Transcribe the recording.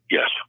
Yes